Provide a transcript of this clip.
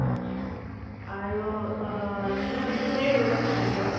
আচ্ছা আৰু কিহেৰে লৈ যাব ষ্টুডেণ্টবোৰক